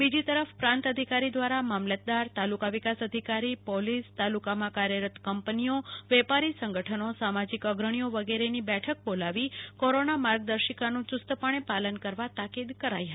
બીજી તરફ પ્રાંત અધિકારી દ્વારા મામલતદાર તાલુકા વિકાસ અધિકારી પોલીસ તાલુકામાં કાર્યરત કંપનીઓ વેપારી સંગઠનો સામાજિક અગ્રણીઓ વગેરેની બેઠક બોલાવી કોરોના માર્ગદર્શિકાનું યૂ સ્ત પાલન કરવા તાકીદ કરાઈ હતી